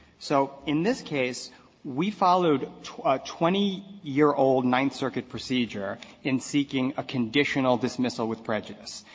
so in this case we followed a twenty year old ninth circuit procedure in seeking a conditional dismissal with prejudice,